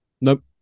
Nope